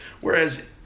Whereas